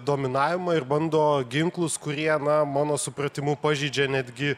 dominavimą ir bando ginklus kurie na mano supratimu pažeidžia netgi